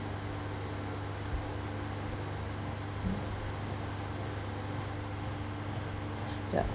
um yup